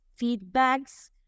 feedbacks